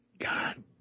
god